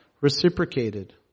reciprocated